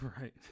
Right